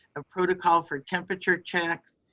a protocol for temperature checks,